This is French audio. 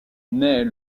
naît